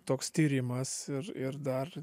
toks tyrimas ir ir dar